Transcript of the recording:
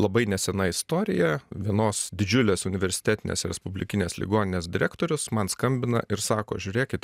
labai nesena istorija vienos didžiulės universitetinės respublikinės ligoninės direktorius man skambina ir sako žiūrėkit